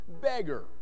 beggar